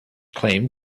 claim